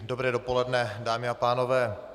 Dobré dopoledne, dámy a pánové.